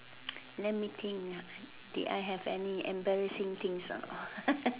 let me think ah did I have any embarrassing things a not